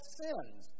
sins